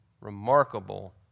remarkable